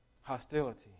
hostility